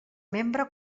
membre